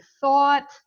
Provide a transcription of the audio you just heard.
thought